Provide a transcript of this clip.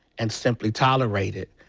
and simply tolerate it,